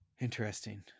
Interesting